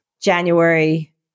January